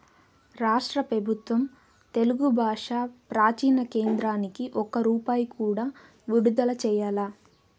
రాష్ట్ర పెబుత్వం తెలుగు బాషా ప్రాచీన కేంద్రానికి ఒక్క రూపాయి కూడా విడుదల చెయ్యలా